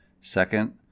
Second